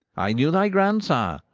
i knew thy grandsire,